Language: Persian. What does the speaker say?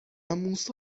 موسی